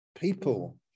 people